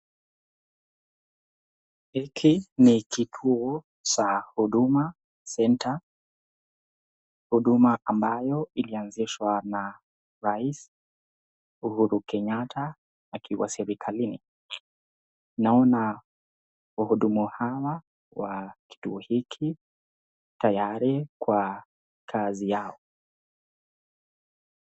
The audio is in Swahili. Hiki ni kituo cha huduma center, kituo ambayo iliansishwa na rais Uhuru Kenyatta akiwa serikalini, naona uhudumu hawa wa kituo hiki tayari kwa kazi yao.